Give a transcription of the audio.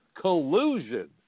collusion